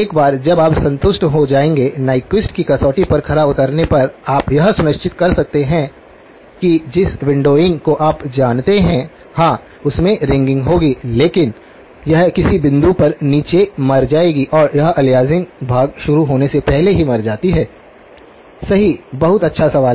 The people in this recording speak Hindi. एक बार जब आप संतुष्ट हो जाएंगे न्यक्विस्ट की कसौटी पर खरा उतरने पर आप यह सुनिश्चित कर सकते हैं कि जिस विण्डोविंग को आप जानते हैं हाँ उसमें रिंगिंग होगी लेकिन यह किसी बिंदु पर नीचे मर जाएगी और यह अलियासिंग भाग शुरू होने से पहले ही मर जाती है सही बहुत अच्छा सवाल है